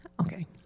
Okay